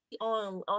on